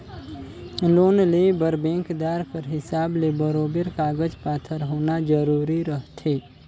loan लेय बर बेंकदार कर हिसाब ले बरोबेर कागज पाथर होना जरूरी रहथे